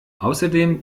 außerdem